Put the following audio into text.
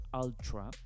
ultra